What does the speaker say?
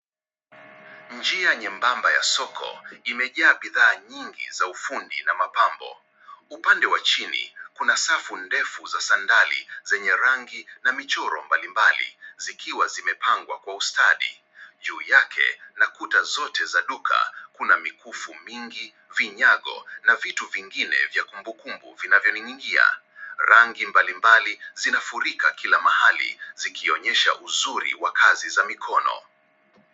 Njia nyembamba ya soko imejaa bidhaa nyingi za ufundi na mapambo. Upande wa chini kuna safu ndefu za sandali zenye rangi na michoro mbali mbali zikiwa zimepangwa kwa ustadi juu yake na kuta zote za duka kuna mikufu mingi, vinyago na vitu vingine vya kumbu kumbu vinavyoninginia. Rangi mbali mbali zinafurika mahali zikionyesha uzuri wa kazi za mikono.